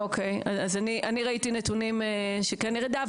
אני ראיתי נתונים של כן ירידה.